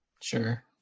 Sure